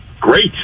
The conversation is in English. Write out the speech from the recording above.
great